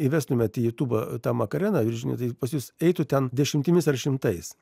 įvestumėt į jutubą tą makareną ir žinot pas jus eitų ten dešimtimis ar šimtais